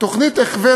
תוכנית הכוון,